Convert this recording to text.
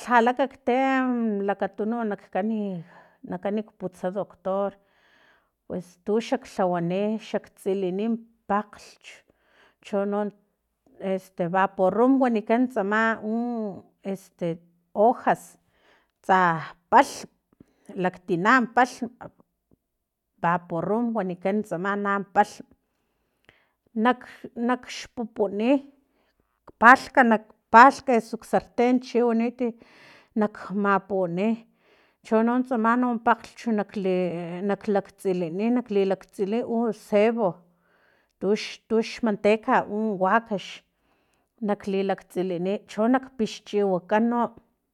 lhala kaktea lakatunuk kani nakani putsa doctor pues tuxak lhawani xaktsilini pakglhch chono este baporum wanikan tsama u este hojas tsa palhm laktina palhm vaporrum wanikan tsama na palhm nak nakx kxupupu palhk palhk eso ksarten chiwanit nakmapuni chono tsama pakglhch nakla naklaktsi nali latsiki ucebo tux tux manteca u wakax naklilakgtsili cho nak pixchiwaka no